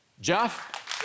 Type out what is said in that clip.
Jeff